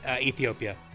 Ethiopia